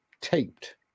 taped